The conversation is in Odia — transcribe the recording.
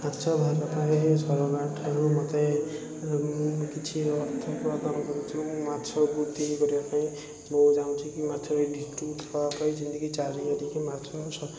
ମାଛ ସରକାରଙ୍କଠାରୁ ମୋତେ କିଛି ଅର୍ଥପ୍ରଦାନ କରିଛୁ ମାଛ ବୃତ୍ତି କରିବାପାଇଁ ବୋଉ ଚାଁହୁଛିକି ମାଛରେ କରି ଯେମିତିକି ଚାରି ମାଛ